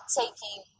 taking